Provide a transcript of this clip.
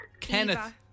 Kenneth